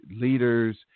leaders